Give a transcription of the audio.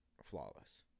flawless